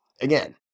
again